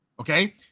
Okay